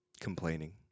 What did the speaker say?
complaining